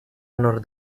nord